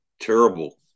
terrible